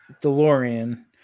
DeLorean